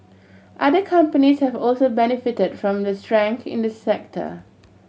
other companies have also benefited from the strength in the sector